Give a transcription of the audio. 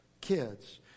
kids